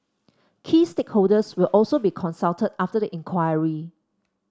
key stakeholders will also be consulted after the inquiry